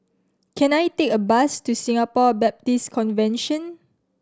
can I take a bus to Singapore Baptist Convention